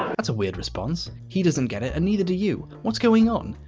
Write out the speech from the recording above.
that's a weird response. he doesn't get it and neither to you. what's going on?